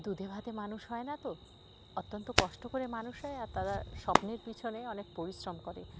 দুধে ভাতে মানুষ হয় না তো অত্যন্ত কষ্ট করে মানুষ হয় আর তা স্বপ্নের পিছনে অনেক পরিশ্রম করে